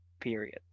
period